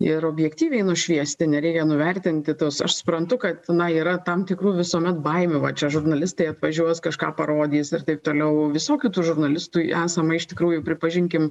ir objektyviai nušviesti nereikia nuvertinti tos aš suprantu kad yra tam tikrų visuomet baimių va čia žurnalistai atvažiuos kažką parodys ir taip toliau visokių tų žurnalistų esama iš tikrųjų pripažinkim